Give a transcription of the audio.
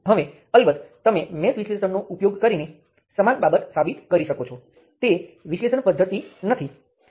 હવે ચાલો સબસ્ટીટ્યૂશન થિયર્મને ધ્યાનમાં લઈએ